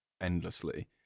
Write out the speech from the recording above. endlessly